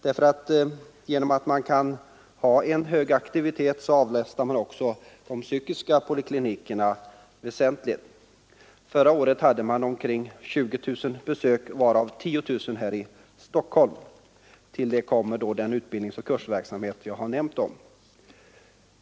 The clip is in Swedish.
Genom att stiftelsen kan bedriva en hög aktivitet avlastas de psykiska poliklinikerna väsentligt. Förra året hade stiftelsen ca 20 000 besök, varav 10 000 här i Stockholm. Till detta kommer den utbildningsoch kursverksamhet som jag har omnämnt.